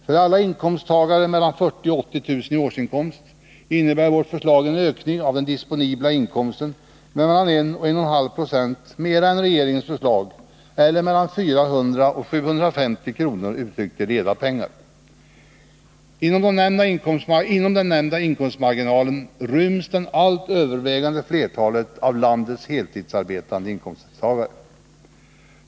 För alla inkomsttagare med mellan 40 000 och 80 000 kr. i årsinkomst innebär vårt förslag en ökning av den disponibla inkomsten med mellan 1 och1,5 26 mera än regeringens förslag eller med mellan 400 och 750 kr. uttryckt i reda pengar. Inom den nämnda inkomstmarginalen ryms det allt övervägande flertalet av landets heltidsarbetande inkomsttagare.